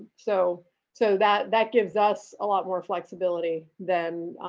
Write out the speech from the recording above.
so so that that gives us a lot more flexibility than